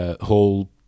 whole